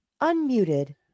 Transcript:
Unmuted